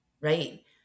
Right